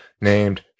named